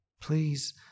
please